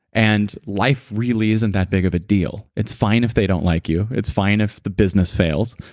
and life really isn't that big of a deal. it's fine if they don't like you. it's fine if the business fails.